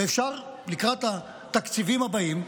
ואפשר לקראת התקציבים הבאים,